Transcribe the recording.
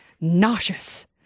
nauseous